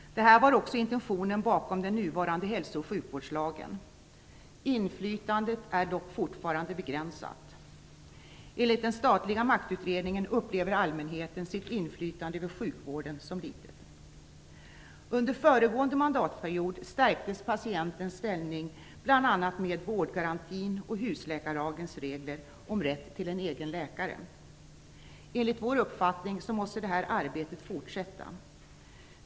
Detta var också intentionen bakom den nuvarande hälso och sjukvårdslagen. Inflytandet är dock fortfarande begränsat. Enligt den statliga maktutredningen upplever allmänheten sitt inflytande över sjukvården som litet. Under föregående mandatperiod stärktes patienternas ställning med bl.a. vårdgarantin och husläkarlagens regler om rätt till en egen läkare. Enligt vår uppfattning måste detta arbete fortsätta.